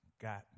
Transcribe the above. got